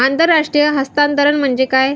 आंतरराष्ट्रीय हस्तांतरण म्हणजे काय?